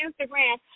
Instagram